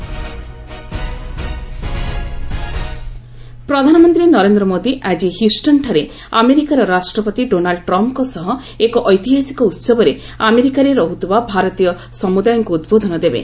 PM Howdy Modi ପ୍ରଧାନମନ୍ତ୍ରୀ ନରେନ୍ଦ୍ର ମୋଦି ଆଜି Houston ଠାରେ ଆମେରିକାର ରାଷ୍ଟ୍ରପତି ଡୋନାଲୁ ଟ୍ରମ୍ପଙ୍କ ସହ ଏକ ଐତିହାସିକ ଉତ୍ସବରେ ଆମେରିକାରେ ରହ୍ରଥିବା ଭାରତୀୟ ସମ୍ରଦାୟଙ୍କୁ ଉଦ୍ବୋଧନ ଦେବେ